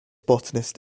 botanist